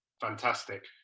Fantastic